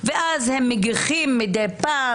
ואז הם מגיחים מדי פעם.